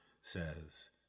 says